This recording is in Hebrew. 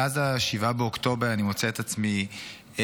מאז 7 באוקטובר אני מוצא את עצמי מאשרר